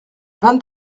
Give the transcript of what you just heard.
vingt